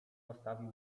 zostawił